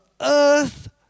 earth